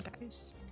guys